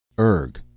urg!